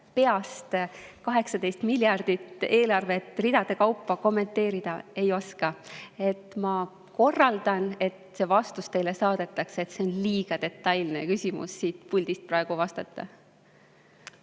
euro [suurust] eelarvet ridade kaupa peast kommenteerida ei oska. Ma korraldan, et see vastus teile saadetaks. See on liiga detailne küsimus, et siit puldist praegu vastata.